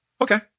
Okay